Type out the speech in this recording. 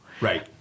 right